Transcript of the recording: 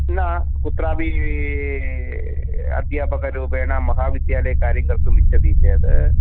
न कुत्रापि अध्यापकरूपेण महाविद्यालये कार्यं कर्तुम् इच्छति चेत्